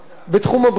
אדוני היושב-ראש,